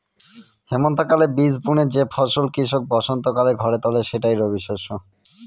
হেমন্তকালে বীজ বুনে যে ফসল কৃষক বসন্তকালে ঘরে তোলে সেটাই রবিশস্য